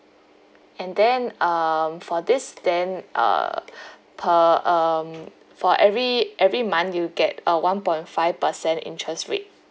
and then um for this then uh per um for every every month you get a one point five percent interest rate